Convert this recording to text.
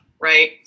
right